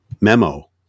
memo